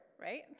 right